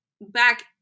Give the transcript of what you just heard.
back